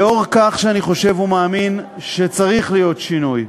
לאור זה שאני חושב ומאמין שצריך להיות שינוי,